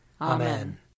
Amen